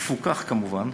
המפוקח כמובן